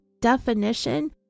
definition